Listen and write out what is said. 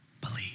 believe